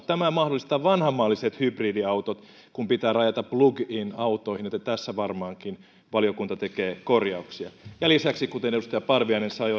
tämä mahdollistaa vanhanmalliset hybridiautot kun pitää rajata plug in autoihin joten tässä varmaankin valiokunta tekee korjauksia lisäksi kuten edustaja parviainen sanoi